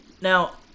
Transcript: Now